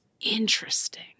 interesting